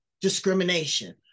discrimination